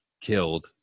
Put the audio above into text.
killed